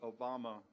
Obama